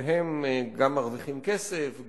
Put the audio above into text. והם גם מרוויחים כסף.